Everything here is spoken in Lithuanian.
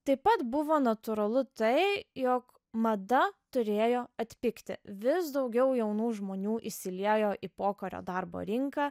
taip pat buvo natūralu tai jog mada turėjo atpigti vis daugiau jaunų žmonių įsiliejo į pokario darbo rinką